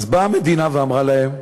באה המדינה ואמרה להם: